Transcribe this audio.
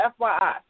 FYI